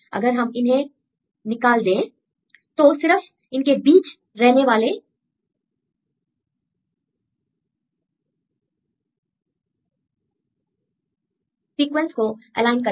अगर हम इन्हें टर्मिनल गैप निकाल दें तो सिर्फ इनके बीच रहने वाले सीक्वेंस को एलाइन करते हैं